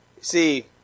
See